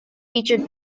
featured